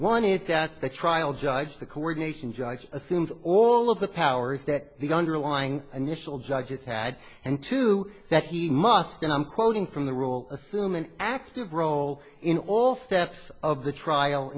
one is that the trial judge the coordination judge assumes all of the powers that the underlying initial judges had and two that he must and i'm quoting from the rule assume an active role in all steps of the trial